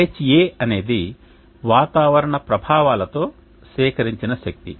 Ha అనేది వాతావరణ ప్రభావాలతో సేకరించిన శక్తి